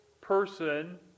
person